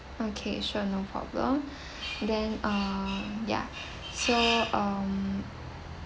okay sure no problem then uh ya so um